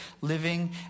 living